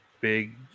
big